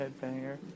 headbanger